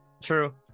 True